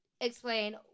explain